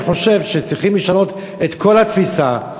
אני חושב שצריכים לשנות את כל התפיסה,